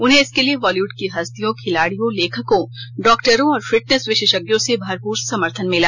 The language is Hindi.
उन्हें इसके लिए बॉलीबूड की हस्तियों खिलाडियों लेखकों डॉक्टरों और फिटनेस विशेषज्ञों से भरपूर समर्थन मिला